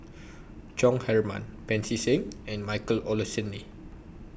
Chong Heman Pancy Seng and Michael Olcomendy